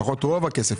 לפחות את רוב הכסף,